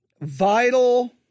vital